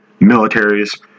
militaries